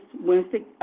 Wednesday